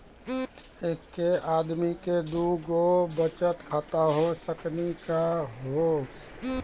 एके आदमी के दू गो बचत खाता हो सकनी का हो?